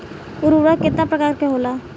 उर्वरक केतना प्रकार के होला?